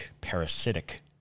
parasitic